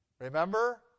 Remember